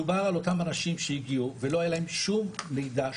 מדובר על אותם אנשים שהגיעו ולא היה להם שום מידע,